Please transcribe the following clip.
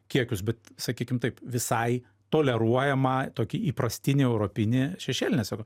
kiekius bet sakykim taip visai toleruojama tokia įprastinė europinė šešėlinės